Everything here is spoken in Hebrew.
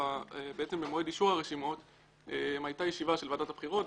בעצם במועד אישור הרשימות הייתה ישיבה של ועדת הבחירות,